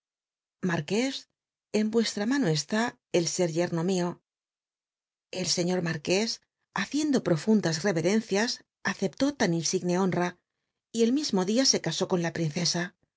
s en uc tra mano está el ser yerno mio j l sciior marqués ihciendo profundas reverencias aceptó tan insigne honra y tl mism o dia se casó con la princesa